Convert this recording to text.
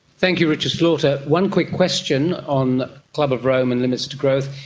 thank you richard slaughter. one quick question on club of rome and limits to growth.